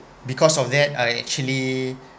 because of that I actually